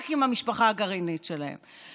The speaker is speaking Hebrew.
רק עם המשפחה הגרעינית שלהם,